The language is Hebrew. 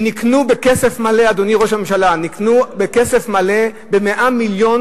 שנקנו בכסף מלא,